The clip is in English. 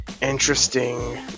interesting